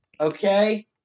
okay